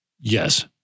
Yes